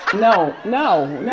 no, no.